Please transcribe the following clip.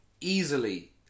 easily